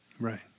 Right